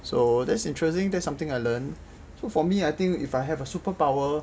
so that's interesting there's something I learn so for me I think if I have a superpower